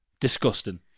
Disgusting